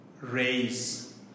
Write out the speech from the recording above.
raise